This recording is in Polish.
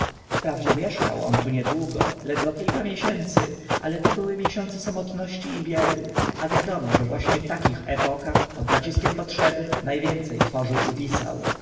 wprawdzie mieszkał on tu niedługo ledwo kilka miesięcy ale to były cicerone wł przewodnik zwierciadlana zagadka miesiące samotności i biedy a wiadomo że właśnie w takich epokach pod naciskiem potrzeby na więce tworzył i pisał